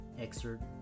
excerpt